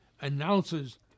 announces